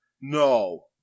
No